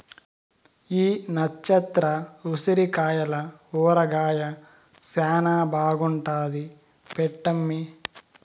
ఈ నచ్చత్ర ఉసిరికాయల ఊరగాయ శానా బాగుంటాది పెట్టమ్మీ